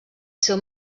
seu